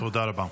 תודה רבה.